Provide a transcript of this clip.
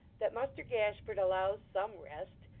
that muster gashford allows some rest?